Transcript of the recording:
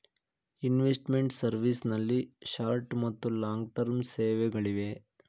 investment service ನಲ್ಲಿ short ಮತ್ತು long term ಸೇವೆಗಳಿಗೆ